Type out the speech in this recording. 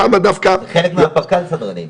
זה חלק מהפק"ל, סדרנים.